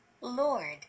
Lord